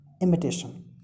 imitation